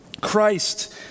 Christ